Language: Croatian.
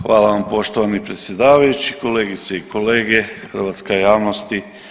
Hvala vam poštovani predsjedavajući, kolegice i kolege, hrvatska javnosti.